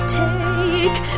take